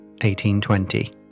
1820